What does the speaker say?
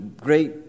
great